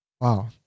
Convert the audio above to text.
wow